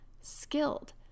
skilled